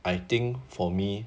I think for me